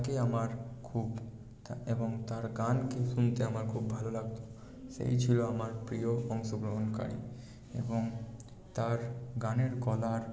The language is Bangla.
তাকে আমার খুব এবং তার গানকে শুনতে আমার খুব ভালো লাগতো সেই ছিল আমার প্রিয় অংশগ্রহণকারী এবং তার গানের গলার